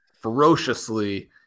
ferociously